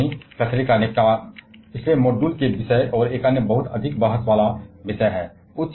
रेडियोधर्मी कचरे का निपटान पिछले मॉड्यूल के विषय और एक अन्य बहुत अधिक बहस वाला विषय है